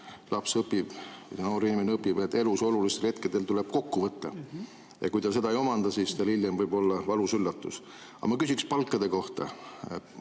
laps õpib, noor inimene õpib, et elus olulistel hetkedel tuleb ennast kokku võtta, ja kui ta seda ei omanda, siis tal hiljem võib olla valus üllatus. Aga ma küsiksin palkade kohta.